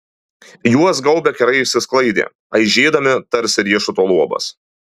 juos gaubę kerai išsisklaidė aižėdami tarsi riešuto luobas